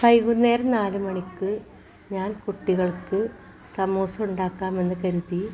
വൈകുന്നേരം നാല് മണിക്ക് ഞാൻ കുട്ടികൾക്ക് സമൂസ ഉണ്ടാക്കാമെന്ന് കരുതി